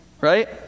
Right